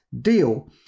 deal